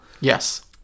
Yes